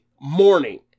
morning